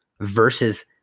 versus